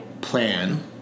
plan